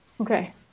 okay